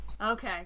okay